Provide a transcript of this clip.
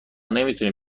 نمیتونیم